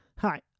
Hi